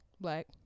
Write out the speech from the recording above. black